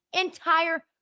Entire